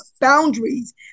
boundaries